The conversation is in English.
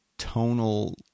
tonal